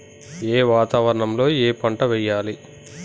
ఏ వాతావరణం లో ఏ పంట వెయ్యాలి?